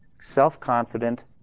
self-confident